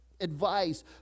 advice